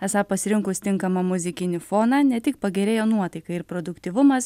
esą pasirinkus tinkamą muzikinį foną ne tik pagerėja nuotaika ir produktyvumas